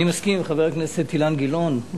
אני מסכים עם חבר הכנסת אילן גילאון.